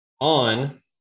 on